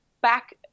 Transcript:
back